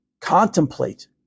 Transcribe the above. contemplate